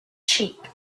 sheep